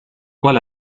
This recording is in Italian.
qual